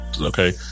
Okay